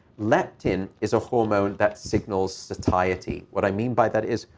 leptin is a hormone that signals satiety. what i mean by that is,